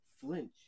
flinch